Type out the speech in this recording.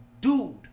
dude